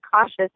cautious